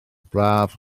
braf